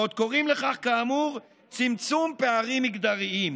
ועוד קוראים לכך, כאמור, צמצום פערים מגדריים,